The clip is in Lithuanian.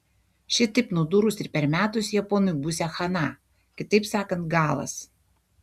šitaip nudūrus ir permetus japonui būsią chana kitaip sakant galas